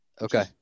Okay